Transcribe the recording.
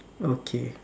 okay